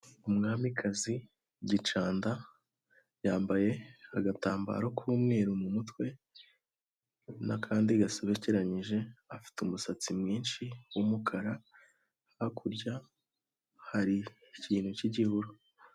Umwamikazi Gicanda, yambaye agatambaro k'umweru mumutwe n'akandi gasobekeranije, afite umusatsi mwinshi w'umukara, hakurya hari ikintu cy'igihuru.